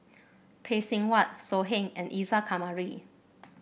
Phay Seng Whatt So Heng and Isa Kamari